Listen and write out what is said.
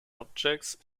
objects